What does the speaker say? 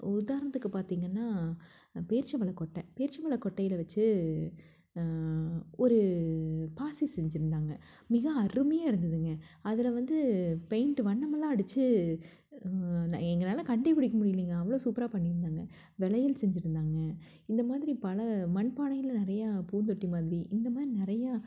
உதாரணத்துக்கு பார்த்திங்கன்னா பேரீச்சம்பழ கொட்டை பேரீச்சம்பழ கொட்டையில் வச்சு ஒரு பாசி செஞ்சுருந்தாங்க மிக அருமையாக இருந்ததுங்க அதில் வந்து பெயிண்ட்டு வண்ணமெல்லாம் அடித்து எங்களால் கண்டேபிடிக்க முடியலிங்க அவ்வளோ சூப்பராக பண்ணியிருந்தாங்க வளையல் செஞ்சுருந்தாங்க இந்த மாதிரி பல மண் பானையில் நிறையா பூந்தொட்டி மாதிரி இந்த மாதிரி நிறையா